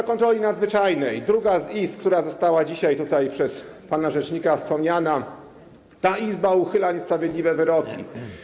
Izba kontroli nadzwyczajnej, druga z izb, która została dzisiaj tutaj przez pana rzecznika wspomniana, uchyla niesprawiedliwe wyroki.